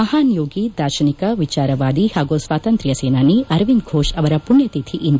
ಮಹಾನ್ ಯೋಗಿ ದಾರ್ಶನಿಕ ವಿಚಾರವಾದಿ ಪಾಗೂ ಸ್ವಾತಂತ್ರ್ಯ ಸೇನಾನಿ ಅರವಿಂದ್ ಫೋಷ್ ಅವರ ಮಣ್ಯತಿಥಿ ಇಂದು